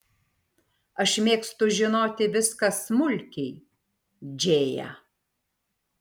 aš mėgstu žinoti viską smulkiai džėja